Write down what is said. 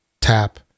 tap